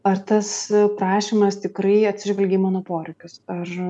ar tas prašymas tikrai atsižvelgia į mano poreikius ar